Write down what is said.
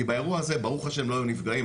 כי באירוע הזה ב"ה לא היו נפגעים,